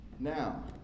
Now